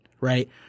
right